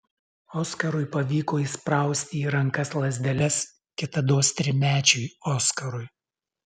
oskarui pavyko įsprausti į rankas lazdeles kitados trimečiui oskarui